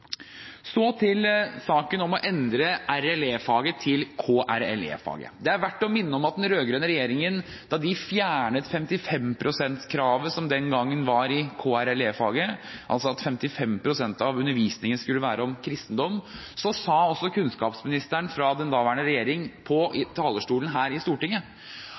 Så til saken om å endre RLE-faget til KRLE-faget. Det er verd å minne om at da den rød-grønne regjeringen fjernet 55 pst.-kravet som den gangen var i KRLE-faget – altså at 55 pst. av undervisningen skulle være om kristendom – sa også kunnskapsministeren fra den daværende regjering fra talerstolen her i Stortinget